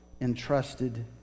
entrusted